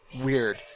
Weird